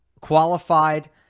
qualified